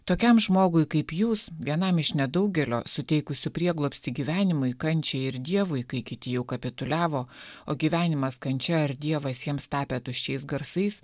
tokiam žmogui kaip jūs vienam iš nedaugelio suteikusių prieglobstį gyvenimui kančiai ir dievui kai kiti jau kapituliavo o gyvenimas kančia ar dievas jiems tapę tuščiais garsais